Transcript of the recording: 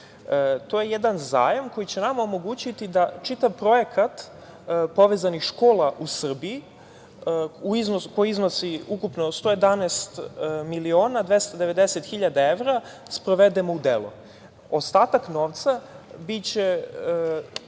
To je jedan zajam koji će nama omogućiti da čitav projekat povezanih škola u Srbiji koji iznosi ukupno111 miliona 290 hiljada evra, sprovedemo u delo. Ostatak novca biće